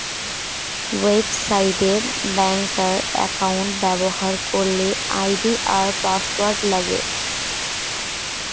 website এ ব্যাংকার account ব্যবহার করলে আই.ডি আর পাসওয়ার্ড লাগে